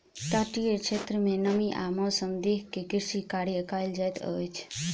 तटीय क्षेत्र में नमी आ मौसम देख के कृषि कार्य कयल जाइत अछि